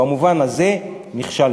במובן הזה נכשלנו.